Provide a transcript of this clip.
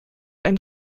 ein